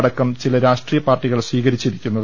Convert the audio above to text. അടക്കം ചില രാഷ്ട്രീയപാർട്ടികൾ സ്വീകരിച്ചിരി ക്കുന്നത്